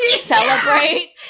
Celebrate